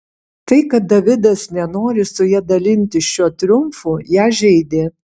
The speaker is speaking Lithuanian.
tai kad davidas nenori su ja dalintis šiuo triumfu ją žeidė